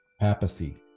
papacy